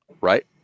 right